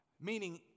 Meaning